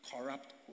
corrupt